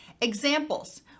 examples